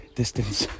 distance